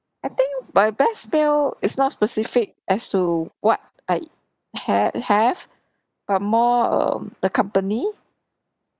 I think my best meal is not specific as to what I had have but more um the company